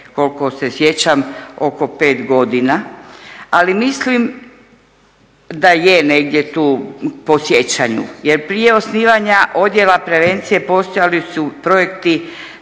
koliko se sjećam oko 5 godina, ali mislim da je negdje tu po sjećanju. Jer prije osnivanja Odijela prevencije postojali su projekti